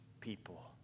people